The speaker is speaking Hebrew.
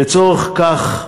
לצורך כך,